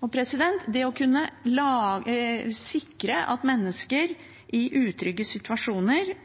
Det å kunne sikre at mennesker i utrygge situasjoner